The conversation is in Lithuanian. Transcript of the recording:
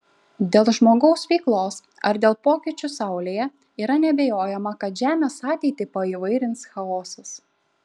dėl žmogaus veiklos ar dėl pokyčių saulėje yra neabejojama kad žemės ateitį paįvairins chaosas